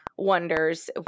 Wonders